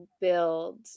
build